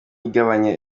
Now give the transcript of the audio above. igabanya